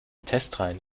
testreihe